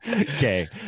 Okay